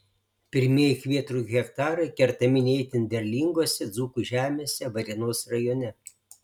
pirmieji kvietrugių hektarai kertami ne itin derlingose dzūkų žemėse varėnos rajone